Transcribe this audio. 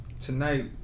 Tonight